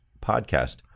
podcast